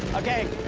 okay.